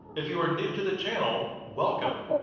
if you are new to the channel, welcome.